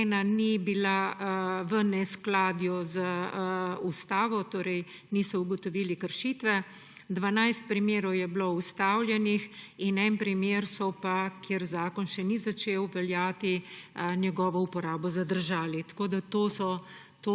ena ni bila v neskladju z Ustavo, torej niso ugotovili kršitve, 12 primerov je bilo ustavljenih in za en primer so pa, ker zakon še ni začel veljati, njegovo uporabo zadržali. To so statistični